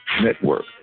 Network